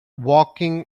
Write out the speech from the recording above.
walking